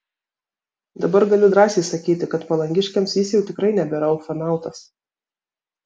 dabar galiu drąsiai sakyti kad palangiškiams jis jau tikrai nebėra ufonautas